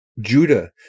judah